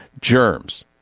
germs